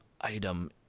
Item